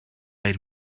made